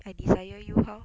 I desire you how